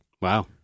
Wow